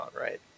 right